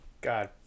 God